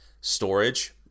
storage